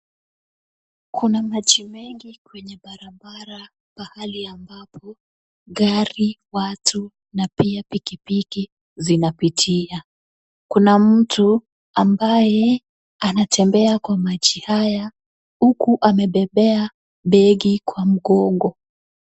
Kuna maji mengi kwenye barabara pahali ambapo gari, watu na pia pikipiki zinapitia. Kuna mtu ambaye anatembea kwa maji haya huku amebebea begi kwa mgongo.